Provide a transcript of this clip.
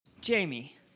Jamie